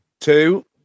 Two